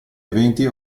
eventi